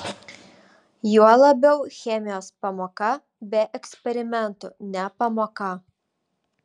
juo labiau chemijos pamoka be eksperimentų ne pamoka